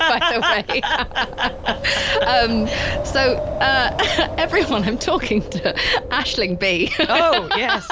yeah ah um so ah everyone, i'm talking to ah aisling bea oh yes